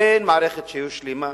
אין מערכת שהיא שלמה,